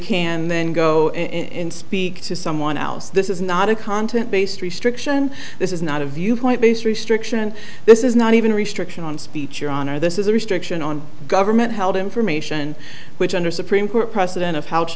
can then go and speak to someone else this is not a content based restriction this is not a viewpoint based restriction this is not even a restriction on speech your honor this is a restriction on government held information which under supreme court precedent